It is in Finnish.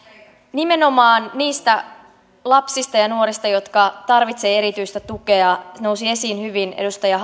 nimenomaan niistä lapsista ja nuorista jotka tarvitsevat erityistä tukea se nousi esiin hyvin edustaja